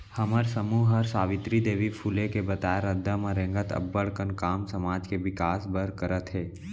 हमर समूह हर सावित्री देवी फूले के बताए रद्दा म रेंगत अब्बड़ कन काम समाज के बिकास बर करत हे